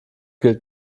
gilt